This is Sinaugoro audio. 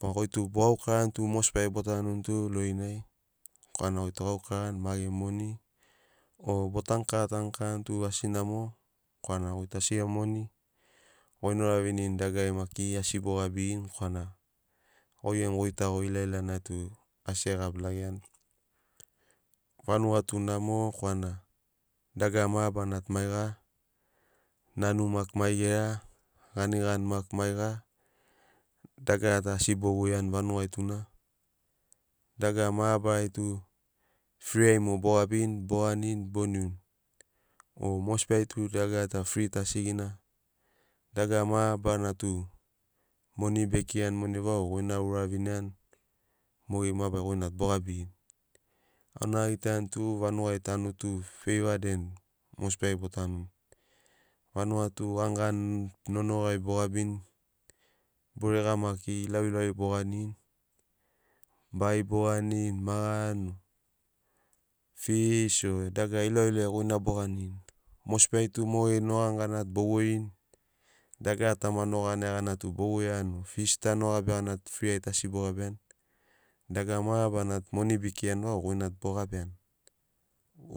Ba goitu bo gaukarani tu mosibi ai bo tanuni tu lorinai korana goi tu ogaukarani ma gemu moni o botanu kava tanu kavani tu asi namo korana goi tu asi gemu moni goi na ouravinirini dagarari maki asi bo gabirini korana goi gemu goitago ilailanai tu asi egabi lageani. Vanuga tu namo korana dagara mabarana tu maiga nanu maki maigera ganigani maki maiga dagarata asi bo voiani vanugai tuna dagara marabarari tu fri ai mogo bogabirini, boganini boniuni o mosibi ai tu dagara ta fri ai tu asigina dagara mabarana tu moni be kirani monai vau goi na ouraviniani mogeri mabarari goi na tu bogabirini vanuga tu gani gani nonogari bo gabini burega maki ilauilauri bo ganini bai boganini, magani o fish o dagara ilauilauri goi na boganirini mosbi ai tu mogeri nogani gana tu bo voirini dagarata ma nogania gana tu bo voiani o fish ta ma nogabia gana tu fri ai tu asi bo gabiani dagara mabarana tu moni bekirani vau goi na tu bo gabiani